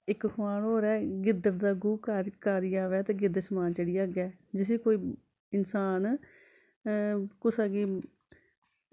इक होर खोआन ऐ गिद्द दा गूह् कारिया अवै ते गिद्द आसमान चढ़ी जा जिसी कोई इंसान कुसा गी